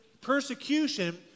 persecution